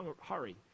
hurry